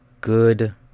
good